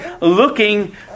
looking